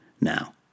now